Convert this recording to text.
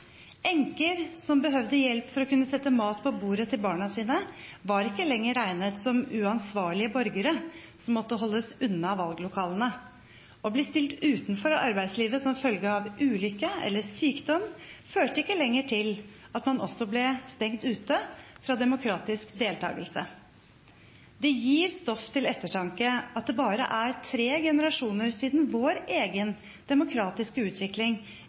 som behøvde hjelp for å sette mat på bordet til barna sine, var ikke lenger regnet som uansvarlige borgere som måtte holdes unna valglokalene. Å bli stilt utenfor arbeidslivet som følge av en ulykke eller sykdom førte ikke lenger til at man også ble stengt ute fra demokratisk deltakelse. Det gir stoff til ettertanke at det bare er tre generasjoner siden vår egen demokratiske utvikling